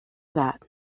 that